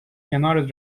کنارت